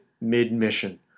mid-mission